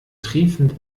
triefend